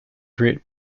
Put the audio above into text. great